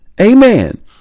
Amen